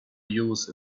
use